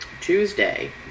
Tuesday